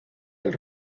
del